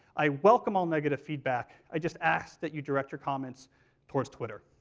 i welcome all negative feedback. i just ask that you direct your comments towards twitter.